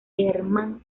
herman